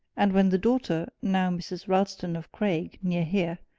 and when the daughter, now mrs. ralston of craig, near here,